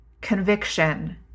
conviction